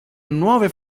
nuove